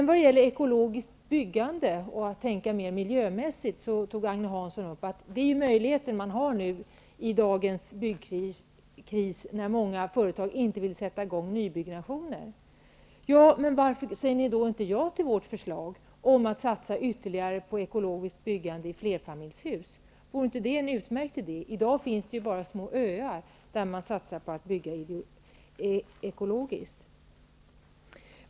Vad gäller ekologiskt byggande och att tänka mer miljömässigt tog Agne Hansson upp att det är den möjlighet man har i dagens byggkris, när många företag inte vill sätta i gång nybyggande. Men varför säger ni då inte ja till vårt förslag om att satsa ytterligare på ekologiskt byggande i flerfamiljshus? Vore inte det en utmärkt idé? I dag finns det bara små öar där man satsar på att bygga ekologiskt.